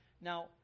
Now